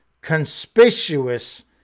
Conspicuous